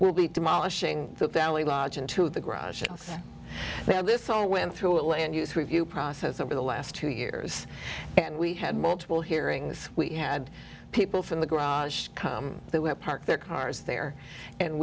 will be demolishing the valley lodge into the garage sales now this all went through a land use review process over the last two years and we had multiple hearings we had people from the garage come they were parked their cars there and